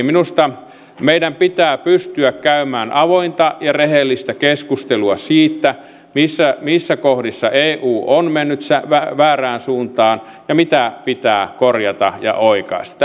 minusta meidän pitää pystyä käymään avointa ja rehellistä keskustelua siitä missä kohdissa eu on mennyt väärään suuntaan ja mitä pitää korjata ja oikaista